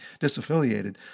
Disaffiliated